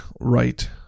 right